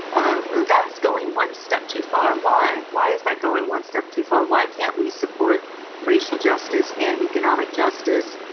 ah that's going one step too far. why? why is that going one step too far? why can't we support racial justice, and economic justice,